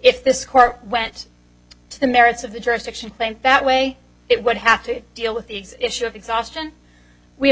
if this court went to the merits of the jurisdiction thing that way it would have to deal with the issue of exhaustion we